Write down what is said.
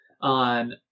on